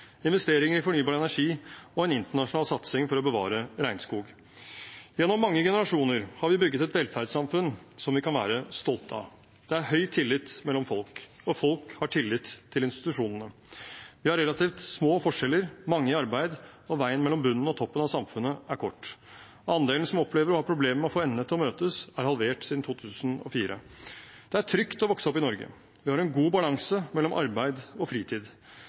investeringer i fornybar energi og en internasjonal satsing for å bevare regnskog. Gjennom mange generasjoner har vi bygget et velferdssamfunn som vi kan være stolte av. Det er høy tillit mellom folk, og folk har tillit til institusjonene. Vi har relativt små forskjeller, mange i arbeid, og veien mellom bunnen og toppen av samfunnet er kort. Andelen som opplever å ha problemer med å få endene til å møtes, er halvert siden 2004. Det er trygt å vokse opp i Norge. Vi har en god balanse mellom arbeid og fritid,